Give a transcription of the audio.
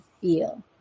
feel